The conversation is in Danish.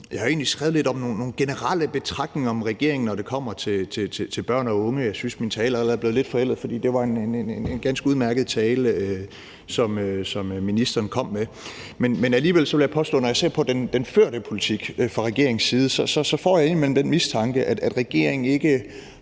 Jeg havde egentlig skrevet lidt om nogle generelle betragtninger om regeringen, når det kommer til børn og unge, men jeg synes, min tale er blevet lidt forældet, for det var en ganske udmærket tale, som ministeren kom med. Alligevel vil jeg påstå, at når jeg ser på den førte politik fra regeringens side, får jeg indimellem den mistanke, at regeringen ikke